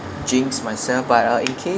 jinx myself but uh in case